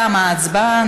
תמה ההצבעה.